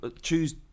choose